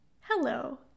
Hello